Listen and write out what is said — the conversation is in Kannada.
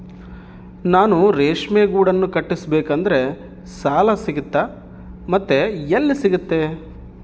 ನಾನು ರೇಷ್ಮೆ ಗೂಡನ್ನು ಕಟ್ಟಿಸ್ಬೇಕಂದ್ರೆ ಸಾಲ ಸಿಗುತ್ತಾ ಮತ್ತೆ ಎಲ್ಲಿ ಸಿಗುತ್ತೆ?